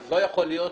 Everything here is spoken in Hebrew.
אז לא יכול להיות